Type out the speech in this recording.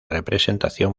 representación